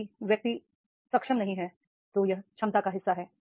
यदि व्यक्ति सक्षम नहीं है तो यह क्षमता का हिस्सा है